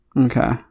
Okay